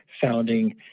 founding